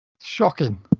Shocking